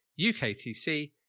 UKTC